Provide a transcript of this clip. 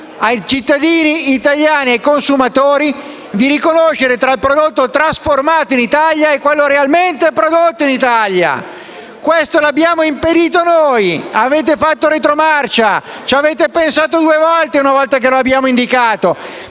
ai cittadini italiani e ai consumatori di riconoscere un prodotto trasformato in Italia da uno realmente prodotto in Italia. Questo lo abbiamo impedito noi. Avete fatto retromarcia, ci avete pensato due volte dopo che ve lo abbiamo indicato,